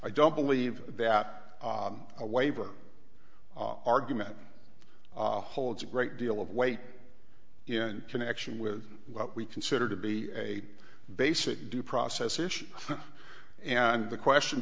i don't believe that a waiver argument holds a great deal of weight in connection with what we consider to be a basic due process issue and the question